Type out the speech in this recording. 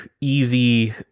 easy